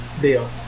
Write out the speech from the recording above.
deal